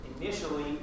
initially